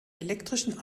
elektrischen